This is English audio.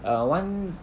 err one